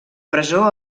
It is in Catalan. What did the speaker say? presó